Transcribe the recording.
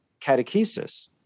catechesis